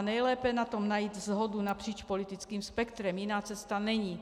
Nejlépe na tom najít shodu napříč politickým spektrem, jiná cesta není.